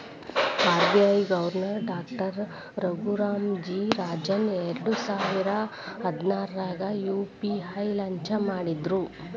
RBI governor doctor Raghuram G Rajan ಎರಡಸಾವಿರ ಹದ್ನಾರಾಗ UPI launch ಮಾಡಿದ್ರು